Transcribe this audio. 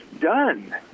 done